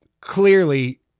clearly